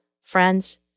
Friends